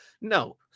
No